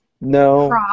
No